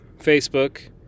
facebook